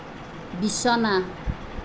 বিছনা